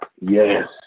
Yes